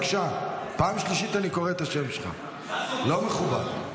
בבקשה, פעם שלישית אני קורא בשם שלך, לא מכובד.